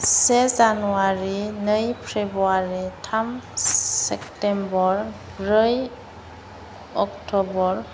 से जानुवारि नै फेब्रुवारि थाम सेप्टेम्बर ब्रै अक्ट'बर